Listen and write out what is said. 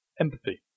Empathy